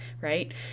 right